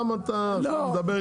למה אתה עכשיו מדבר איתי --- לא,